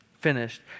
finished